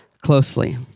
closely